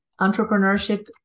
Entrepreneurship